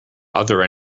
other